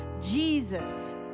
Jesus